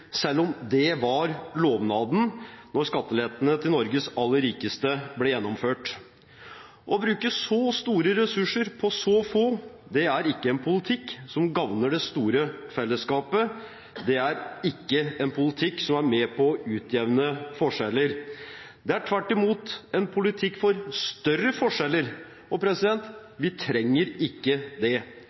selv om det var lovnaden da skattelettene til Norges aller rikeste ble gjennomført. Å bruke så store ressurser på så få er ikke en politikk som gagner det store fellesskapet, det er ikke en politikk som er med på å utjevne forskjeller. Det er tvert imot en politikk for større forskjeller – og vi trenger ikke det.